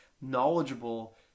knowledgeable